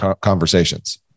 conversations